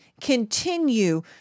continue